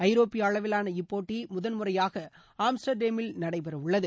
ஐரோப்பிய அளவிவான இப்போட்டி முதன்முறையாக ஆம்ஸ்டர்டேமில் நடைபெற உள்ளது